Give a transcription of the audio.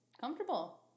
comfortable